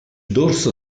dorso